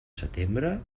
setembre